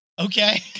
Okay